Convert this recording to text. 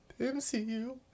MCU